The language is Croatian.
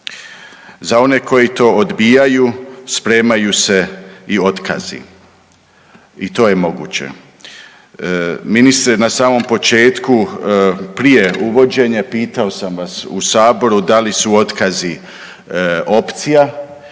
Za one koji to odbijaju spremaju se i otkazi, i to je moguće. Ministre, na samom početku prije uvođenje, pitao sam vas u Saboru da li su otkazi opcija,